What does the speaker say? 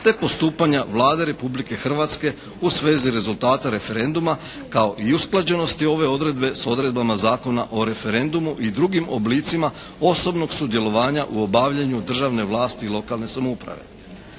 te postupanja Vlade Republike Hrvatske u svezi rezultata referenduma kao i usklađenosti ove odredbe sa odredbama Zakona o referendumu i drugim oblicima osobnog sudjelovanja u obavljanju državne vlasti i lokalne samouprave.